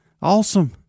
Awesome